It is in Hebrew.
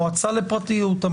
המועצה לפרטיות?